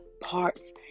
parts